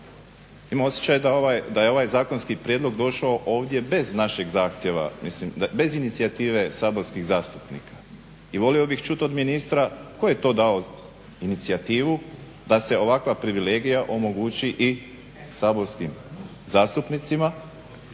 imam osjećaj da je ovaj zakonski prijedlog došao ovdje bez našeg zahtjeva, bez inicijative saborskih zastupnika. I volio bih čuti od ministra tko je to dao inicijativu da se ovakva privilegija omogući i saborskim zastupnicima